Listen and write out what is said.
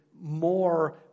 more